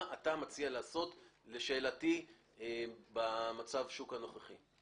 מה אתה מציע לעשות במצב השוק הנוכחי?